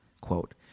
quote